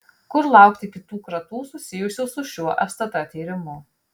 kur laukti kitų kratų susijusių su šiuo stt tyrimu